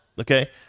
Okay